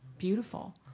beautiful.